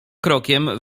krokiem